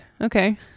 Okay